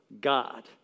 God